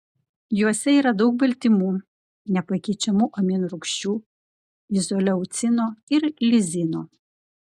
juose yra daug baltymų nepakeičiamų aminorūgščių izoleucino ir lizino